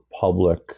public